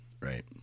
right